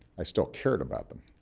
i still cared about them